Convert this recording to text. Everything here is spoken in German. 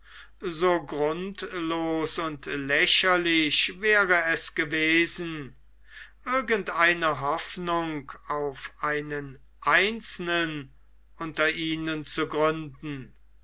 so grundlos und lächerlich wäre es gewesen irgend eine hoffnung auf einen einzelnen unter ihnen zu gründen